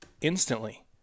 instantly